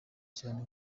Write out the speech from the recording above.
cyane